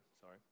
sorry